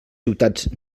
ciutats